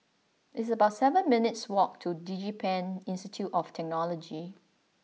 it's about seven minutes' walk to DigiPen Institute of Technology